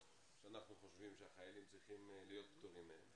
שאנחנו חושבים שחיילים צריכים להיות פטורים מהן